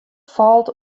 falt